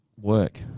work